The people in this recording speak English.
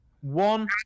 one